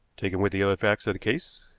taken with the other facts of the case.